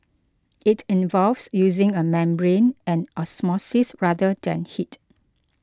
it involves using a membrane and osmosis rather than heat